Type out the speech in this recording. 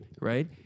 right